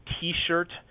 t-shirt